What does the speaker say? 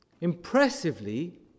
Impressively